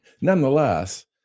nonetheless